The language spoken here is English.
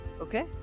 Okay